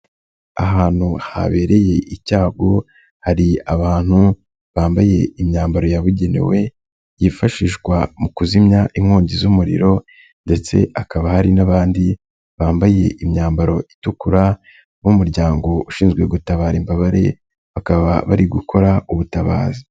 Ahantu habereye icyago hari abantu bambaye imyambaro yabugenewe, yifashishwa mu kuzimya inkongi z'umuriro ndetse akaba hari n'abandi bambaye imyambaro itukura b'umuryango ushinzwe gutabara imbabare, bakaba bari gukora ubutabazi.